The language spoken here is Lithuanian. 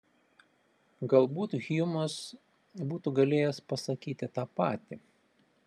galbūt hjumas būtų galėjęs pasakyti tą patį